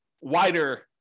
wider